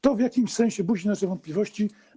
To w jakimś sensie budzi nasze wątpliwości.